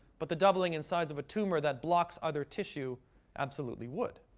but the doubling in size of a tumor that blocks other tissue absolutely would.